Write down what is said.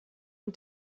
und